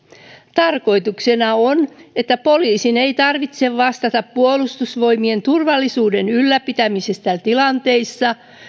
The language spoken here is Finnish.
tarkoituksena on että poliisin ei tarvitse vastata puolustusvoimien turvallisuuden ylläpitämisestä tilanteissa